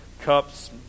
cups